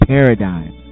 Paradigm